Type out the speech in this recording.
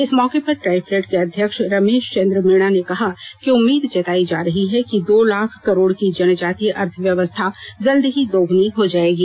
इस मौके पर ट्राईफेड के अध्यक्ष रमेष चंद्र मीणा ने कहा कि उम्मीद जतायी जा रही है कि दो लाख करोड़ की जनजातीय अर्थव्यवस्था जल्द ही दोगुनी हो जायेगी